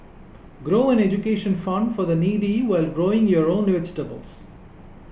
grow an education fund for the needy while growing your own vegetables